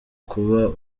kuba